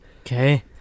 okay